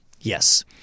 Yes